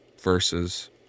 versus